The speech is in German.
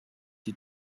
die